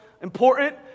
Important